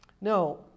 no